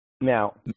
Now